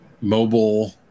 mobile